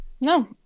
No